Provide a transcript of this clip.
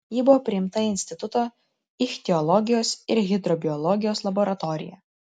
ji buvo priimta į instituto ichtiologijos ir hidrobiologijos laboratoriją